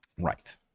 Right